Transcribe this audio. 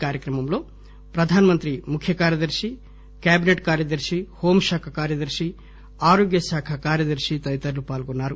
ఈ కార్యక్రమంలో ప్రధానమంత్రి ముఖ్య కార్యదర్శి కెబిసెట్ కార్యదర్శి హోంశాఖ కార్యదర్శి ఆరోగ్యశాఖ కార్యదర్శి తదితరులు పాల్గొన్నారు